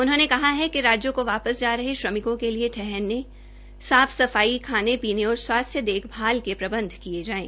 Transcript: उन्होंने कहा कि राजयों को वापस जा रहे श्रमिकों के लिए ठहरने साफ सफाई खाने पीने और स्वास्थ्य देखभाल के प्रबंध किये जायें